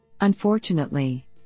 Unfortunately